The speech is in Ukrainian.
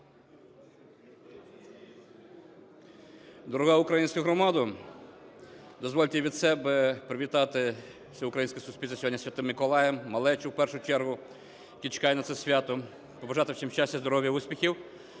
Дорога українська громадо! Дозвольте від себе привітати все українське суспільство сьогодні із Святим Миколаєм, малечу в першу чергу, яка чекає на це свято. Побажати всім щастя, здоров'я, успіхів!